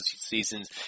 seasons